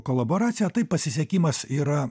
kolaboracija tai pasisekimas yra